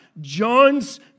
John's